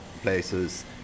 places